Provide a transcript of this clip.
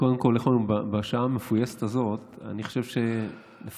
קודם כול, בשעה המפויסת הזאת, אני חושב שלפחות